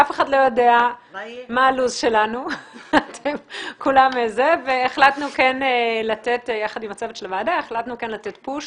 אף אחד לא יודע מה הלו"ז שלנו והחלטנו יחד עם הצוות של הוועדה לתת פוש